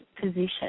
position